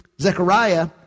Zechariah